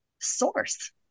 source